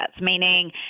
meaning